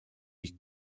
you